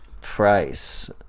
price